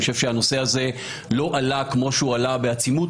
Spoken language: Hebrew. אני חושב שהנושא הזה לא עלה כפי שעלה בעצימות